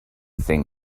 thing